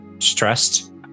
Stressed